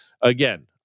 again